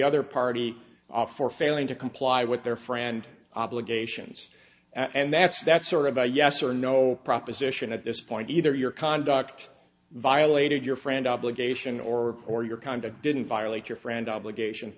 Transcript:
other party for failing to comply with their friend obligations and that's that's sort of a yes or no proposition at this point either your conduct vialli if your friend obligation or or your kind of didn't violate your friend obligation